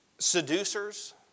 Seducers